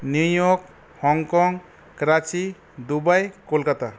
new York Hong Kong Karachi Dubai Kolkata